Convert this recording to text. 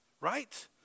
right